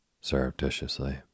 Surreptitiously